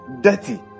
dirty